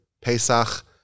Pesach